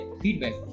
feedback